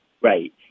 Right